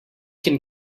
can